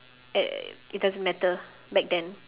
uh it doesn't matter back then